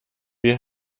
wir